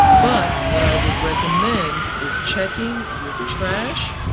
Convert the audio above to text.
but what i would recommend is checking your trash,